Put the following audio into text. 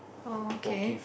orh okay